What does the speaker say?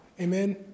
Amen